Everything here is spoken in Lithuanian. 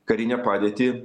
karinę padėtį